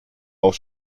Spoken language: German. auch